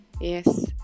Yes